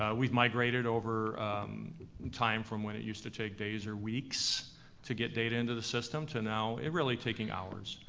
we've migrated over time from when it used to take days or weeks to get data into the system to now it really taking hours.